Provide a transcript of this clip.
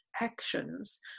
actions